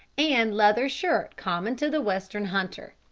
and leathern shirt common to the western hunter.